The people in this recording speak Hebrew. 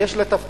יש לה תפקיד.